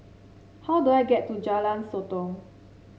how do I get to Jalan Sotong